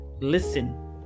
Listen